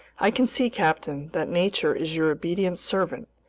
i can see, captain, that nature is your obedient servant,